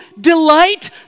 delight